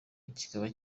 kikaba